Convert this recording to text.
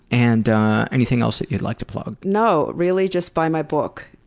and anything else that you'd like to plug? no, really just buy my book.